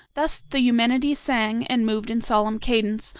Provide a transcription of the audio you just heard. thus the eumenides sang, and moved in solemn cadence,